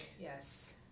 Yes